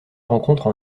rencontre